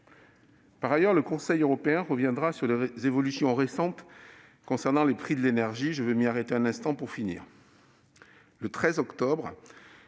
Par ailleurs, le Conseil européen reviendra sur les évolutions récentes concernant les prix de l'énergie. Je veux m'y arrêter un instant pour finir.